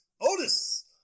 Otis